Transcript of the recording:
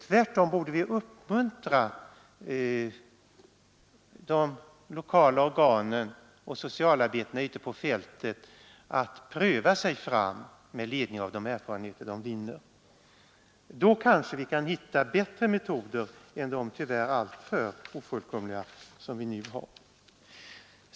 Tvärtom bör vi uppmuntra de lokala organen och socialarbetarna ute på fältet att pröva sig fram med ledning av de erfarenheter de vinner. Då kanske vi kan hitta bättre metoder än de tyvärr alltför ofullkomliga som vi nu har.